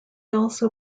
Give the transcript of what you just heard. also